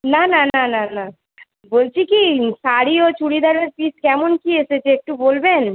না না না না না বলছি কি শাড়ি ও চুরিদারের পিস কেমন কী এসেছে একটু বলবেন